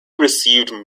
received